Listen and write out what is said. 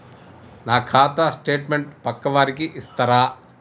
నా ఖాతా స్టేట్మెంట్ పక్కా వారికి ఇస్తరా?